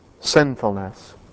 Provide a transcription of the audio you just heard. sinfulness